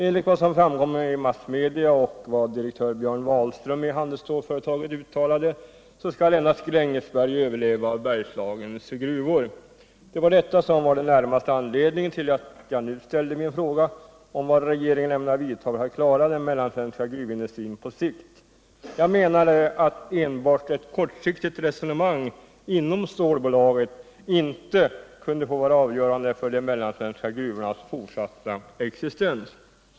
Enligt vad som framkom i massmedia och vad direktör Björn Wahlström i handelsstålsföretaget uttalade skall endast Grängesberg överleva av Bergslagens gruvor. Detta var den närmaste anledningen till att jag nu ställde min fråga om vad regeringen ämnar göra för att klara den mellansvenska gruvindustrin på sikt. Jag menade att enbart ett kortsiktigt resonemang inom stålbolaget inte kunde få vara avgörande för de mellansvenska gruvornas fortsatta existens.